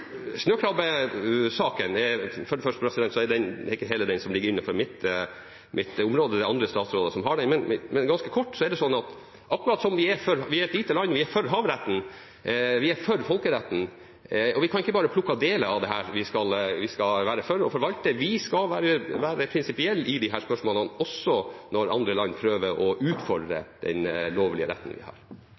ligger innenfor mitt område, det er andre statsråder som har den, men ganske kort er det sånn at vi er et lite land, vi er for havretten, vi er for folkeretten, og vi kan ikke bare plukke deler av dette som vi skal være for og forvalte. Vi skal være prinsipielle i disse spørsmålene, også når andre land prøver å utfordre den lovlige retten vi har.